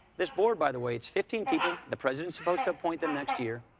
this board, by the way, it's fifteen people. the president's supposed to appoint them next year.